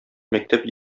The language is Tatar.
мәктәп